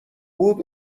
بود